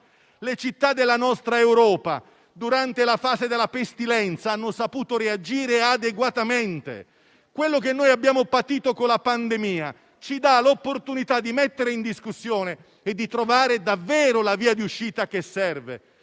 Le città della nostra Europa durante la fase della pestilenza hanno saputo reagire adeguatamente. Quello che noi abbiamo patito con la pandemia ci dà l'opportunità di mettere in discussione e di trovare davvero la via d'uscita che serve.